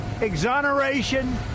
exoneration